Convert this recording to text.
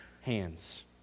hands